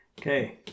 Okay